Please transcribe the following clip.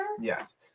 Yes